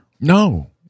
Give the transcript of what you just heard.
No